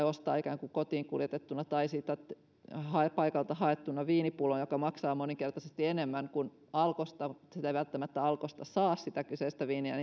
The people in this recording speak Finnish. ostaa kotiin kuljetettuna tai siitä paikalta haettuna esimerkiksi viinipullon joka maksaa moninkertaisesti enemmän kuin alkosta eikä välttämättä alkosta saa sitä kyseistä viiniä